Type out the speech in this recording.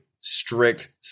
strict